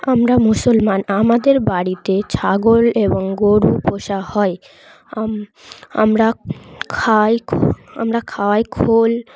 আমরা মুসলমান আমাদের বাড়িতে ছাগল এবং গরু পোষা হয় আমরা খাই আমরা খাওয়াই খোল